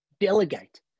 delegate